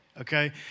Okay